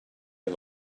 you